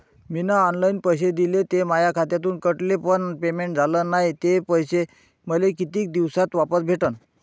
मीन online पैसे दिले, ते माया खात्यातून कटले, पण पेमेंट झाल नायं, ते पैसे मले कितीक दिवसात वापस भेटन?